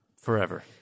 Forever